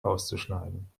auszuschneiden